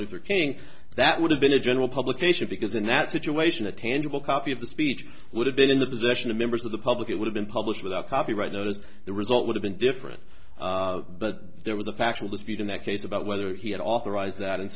luther king that would have been a general publication because in that situation a tangible copy of the speech would have been in the possession of members of the public it would have been published without copyright notice the result would have been different but there was a factual dispute in that case about whether he had authorized that and